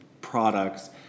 products